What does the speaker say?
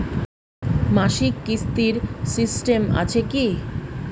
মাসিক কিস্তির সিস্টেম আছে কি?